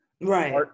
Right